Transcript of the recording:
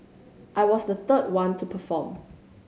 I was the third one to perform